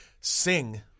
sing